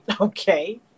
Okay